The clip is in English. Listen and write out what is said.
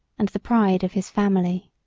and the pride of his family.